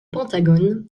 pentagone